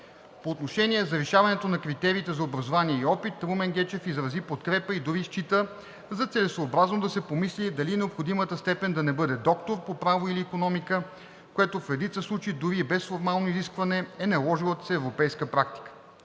По отношение завишаването на критериите за образование и опит Румен Гечев изрази подкрепа и дори счита за целесъобразно да се помисли дали необходимата степен да не бъде „доктор“ по право или икономика, което в редица случаи, дори и без формално изискване, е наложилата се европейска практика.